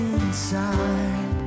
inside